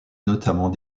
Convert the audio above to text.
notamment